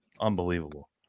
unbelievable